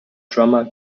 drummer